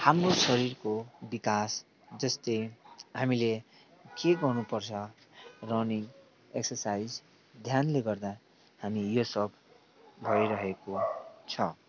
हाम्रो शरीरको विकास जस्तै हामीले के गर्नु पर्छ रनिङ एक्ससाइज ध्यानले गर्दा हामी यो सब गरिरहेको छ